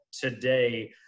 today